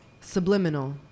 subliminal